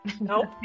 Nope